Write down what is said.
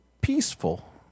peaceful